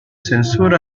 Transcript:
censura